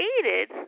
created